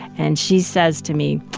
and she says to me,